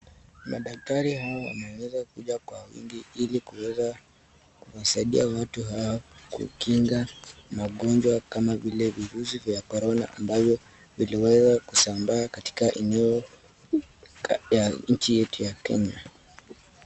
Madaktari hawa wameweza kuja kwa wingi hili kuweza kusaidia watu hawa kukinga magonjwa kama vile virusi vya korona ambayo iliweza kusambaa katika eneo ya nchi yetu ya Kenya.